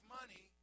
money